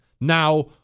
Now